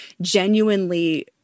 genuinely